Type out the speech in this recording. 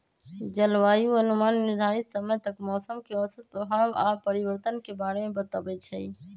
जलवायु अनुमान निर्धारित समय तक मौसम के औसत प्रभाव आऽ परिवर्तन के बारे में बतबइ छइ